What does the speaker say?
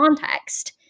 context